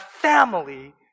family